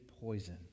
poison